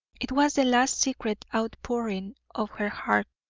it was the last secret outpouring of her heart.